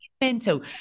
mental